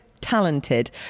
talented